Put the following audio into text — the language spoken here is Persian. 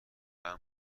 اما